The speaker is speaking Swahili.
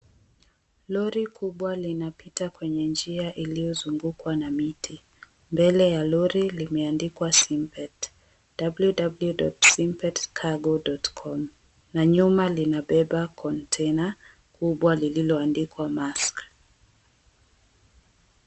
Lori kubwa inapita kwenye njia iliyozungukwa na miti, mbele ya lori limeandikwa simpet www.simpetcargo.com na nyuma linabeba container kubwa lililoadikwa Maesk.